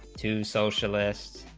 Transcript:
two socialists